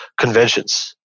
conventions